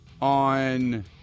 on